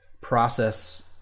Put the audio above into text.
process